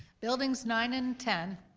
buildings nine and ten,